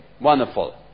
Wonderful